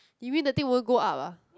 you mean the thing won't go up ah